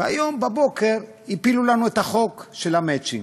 והיום בבוקר הפילו לנו את החוק של המצ'ינג,